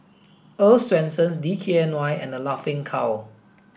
Earl's Swensens D K N Y and The Laughing Cow